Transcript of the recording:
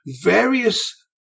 various